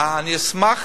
ואני אשמח,